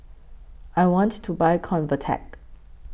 I want to Buy Convatec